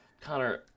Connor –